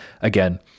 again